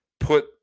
put